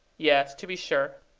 yes, to be sure.